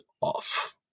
off